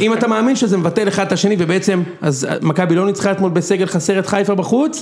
אם אתה מאמין שזה מבטל אחד את השני ובעצם, אז מכבי לא ניצחה אתמול בסגל חסר את חיפה בחוץ